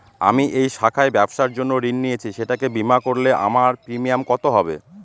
আমি এই শাখায় ব্যবসার জন্য ঋণ নিয়েছি সেটাকে বিমা করলে আমার প্রিমিয়াম কত হবে?